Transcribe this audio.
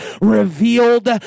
revealed